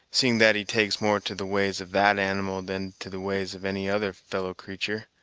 seeing that he takes more to the ways of that animal than to the ways of any other fellow-creatur'.